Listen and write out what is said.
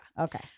okay